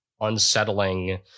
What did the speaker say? unsettling